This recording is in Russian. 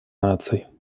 наций